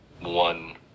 one